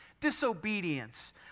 disobedience